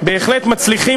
בהחלט מצליחים